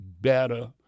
better